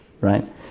Right